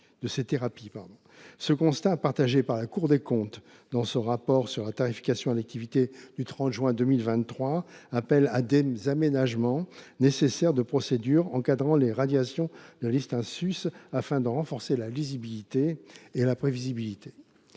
Ce constat, partagé par la Cour des comptes dans son rapport sur la tarification à l’activité de juin 2023, rend nécessaires des aménagements des procédures encadrant les radiations de la liste en sus, afin d’en renforcer la lisibilité et prévisibilité.